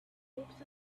groups